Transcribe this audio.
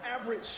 average